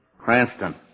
Cranston